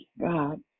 God